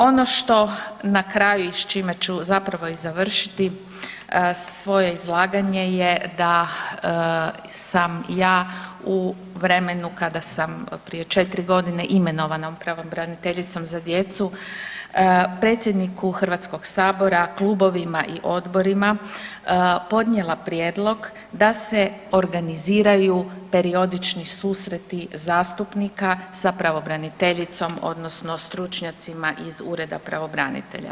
Ono što na kraju i s čime ću zapravo i završiti svoje izlaganje je da sam i ja u vremenu kada sam prije 4 g. imenovana pravobraniteljicom za djecu, predsjedniku Hrvatskog sabora, klubovima i odborima podnijela prijedlog da se organiziraju periodični susreti zastupnika sa pravobraniteljicom odnosno stručnjacima iz Ureda pravobranitelja.